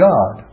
God